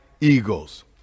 eagles